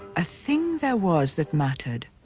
a thing there was that mattered,